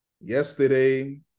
yesterday